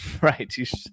Right